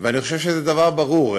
ואני חושב שזה דבר ברור: